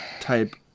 type